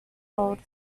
old